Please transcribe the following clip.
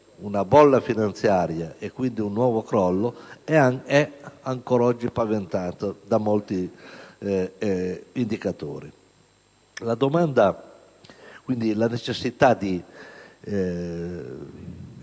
una bolla finanziaria, e quindi un nuovo crollo, è ancora oggi paventato da molti indicatori. Quindi, vi è la necessità di